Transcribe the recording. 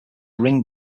ring